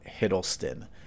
Hiddleston